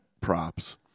props